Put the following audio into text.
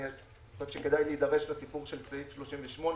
אני חושב שכדאי להידרש לתיקון של סעיף 38,